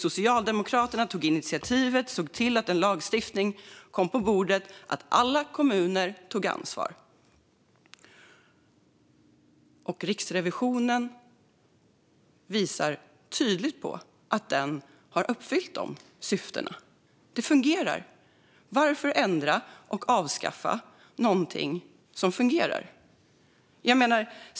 Socialdemokraterna tog initiativet och såg till att en lagstiftning kom på bordet så att alla kommuner tog ansvar. Riksrevisionen visar tydligt på att den har uppfyllt de syftena. Det fungerar. Varför ändra och avskaffa någonting som fungerar?